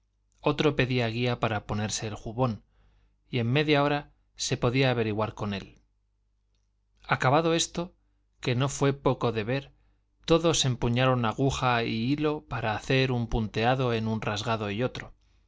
otro pedía guía para ponerse el jubón y en media hora se podía averiguar con él acabado esto que no fue poco de ver todos empuñaron aguja y hilo para hacer un punteado en un rasgado y otro